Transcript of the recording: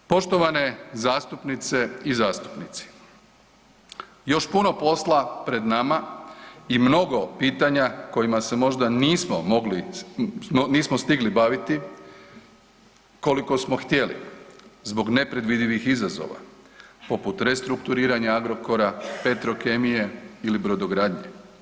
Poštovane zastupnice i zastupnici, još puno posla pred nama i mnogo pitanja kojima se možda nismo mogli, nismo stigli baviti koliko smo htjeli zbog nepredvidivih izazova, poput restrukturiranja Agrokora, Petrokemije ili brodogradnje.